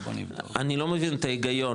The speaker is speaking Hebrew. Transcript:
אני לא מבין את ההיגיון,